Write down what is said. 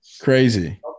Crazy